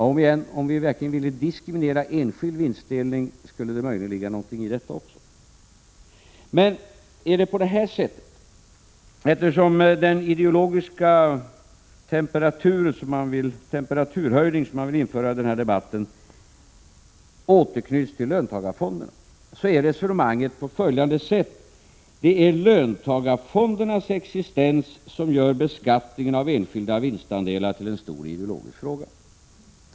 Om igen: Om vi verkligen ville diskriminera enskild vinstdelning, skulle det möjligen ligga någonting också i detta. Men skall jag tolka den ideologiska temperaturhöjning som man vill få till stånd i denna debatt genom anknytningen till löntagarfonderna så, att man menar att det är löntagarfondernas existens som gör beskattningen av enskilda vinstandelar till en stor ideologisk fråga?